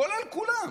כולל כולם,